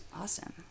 awesome